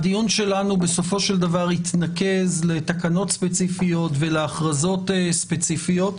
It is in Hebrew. הדיון שלנו בסופו של דבר יתנקז לתקנות ספציפיות ולהכרזות ספציפיות,